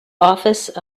office